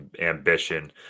ambition